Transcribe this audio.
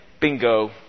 bingo